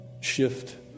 shift